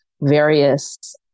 various